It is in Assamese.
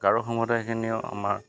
গাৰো সম্প্ৰদায়খিনিও আমাৰ